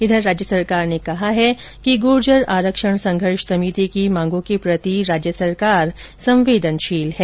इधर राज्य सरकार ने कहा है कि गुर्जर आरक्षण संघर्ष समिति की मांगों के प्रति राज्य सरकार संवेदनशील है